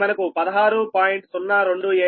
అది మనకు 16